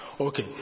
okay